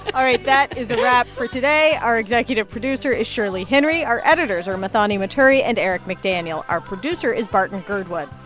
all right. that is a wrap for today. our executive producer is shirley henry. our editors are muthoni muturi and eric mcdaniel. our producer is barton girdwood.